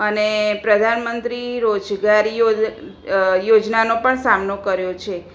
અને પ્રધાન મંત્રી રોજગાર યોજ યોજનાનો પણ સામનો કર્યો છે